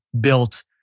built